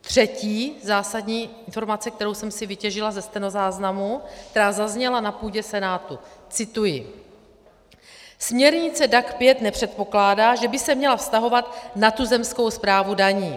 Třetí zásadní informace, kterou jsem si vytěžila ze stenozáznamu, která zazněla na půdě Senátu, cituji: Směrnice DAC 5 nepředpokládá, že by se měla vztahovat na tuzemskou správu daní.